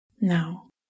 Now